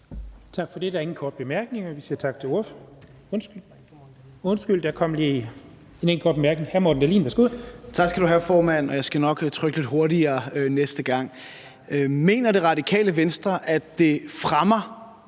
Mener Radikale Venstre, at det fremmer